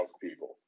people